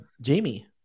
jamie